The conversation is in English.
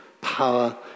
power